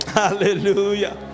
hallelujah